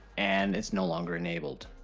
and it's no longer enabled.